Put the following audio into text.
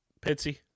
Pitsy